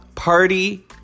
Party